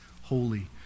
holy